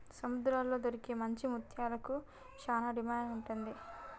సముద్రాల్లో దొరికే మంచి ముత్యాలకు చానా డిమాండ్ ఉంటది